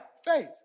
Faith